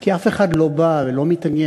כי הרי אף אחד לא בא, לא מתעניין.